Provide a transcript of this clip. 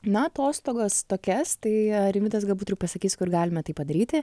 na atostogas tokias tai rimvydas galbūt ir pasakys kur galime tai padaryti